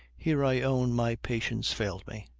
here i own my patience failed me,